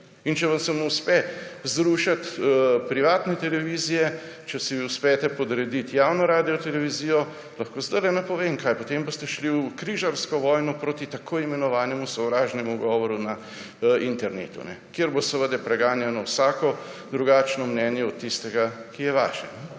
mnenje. Če vam uspe zrušiti privatne televizije, če si uspete podrediti javno radiotelevizijo, lahko zdajle napovem, da boste potem šli v križarsko vojno proti tako imenovanemu sovražnemu govoru na internetu, kjer bo preganjeno vsako drugačno mnenje od tistega, ki je vaše.